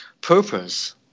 purpose